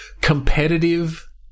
Competitive